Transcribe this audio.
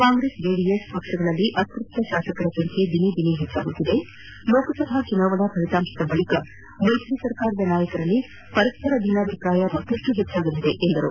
ಕಾಂಗ್ರೆಸ್ ಜೆಡಿಎಸ್ ಪಕ್ಷಗಳಲ್ಲಿ ಅತೃಪ್ತ ಶಾಸಕರ ಸಂಖ್ಯೆ ದಿನೇ ದಿನೇ ಹೆಚ್ಚಾಗುತ್ತಿದೆ ಲೋಕಸಭಾ ಚುನಾವಣಾ ಫಲಿತಾಂಶದ ಬಳಿಕ ಮೈತ್ರಿ ಸರ್ಕಾರದ ನಾಯಕರಲ್ಲಿ ಪರಸ್ಪರ ಭಿನ್ನಾಭಿಪ್ರಾಯ ಮತ್ತಷ್ಟು ಹೆಚ್ಚಾಗಲಿದೆ ಎಂದರು